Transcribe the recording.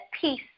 peace